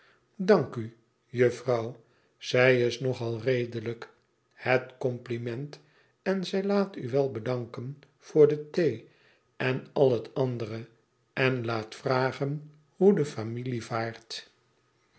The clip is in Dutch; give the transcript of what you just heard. idank u juffrouw zij is nog al redelijk het compliment en zij laat u wel bedanken voor de thee en al het andere en laat vragen hoe de familie vaart